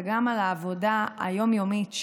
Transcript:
וגם על העבודה יום-יומית,